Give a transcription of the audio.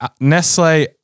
Nestle